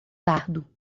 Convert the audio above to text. dardo